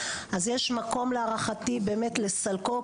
אז יש מקום להערכתי באמת לסלקו,